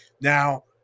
Now